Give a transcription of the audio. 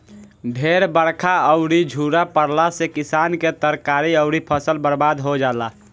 ढेर बरखा अउरी झुरा पड़ला से किसान के तरकारी अउरी फसल बर्बाद हो जाला